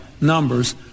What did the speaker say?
numbers